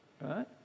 right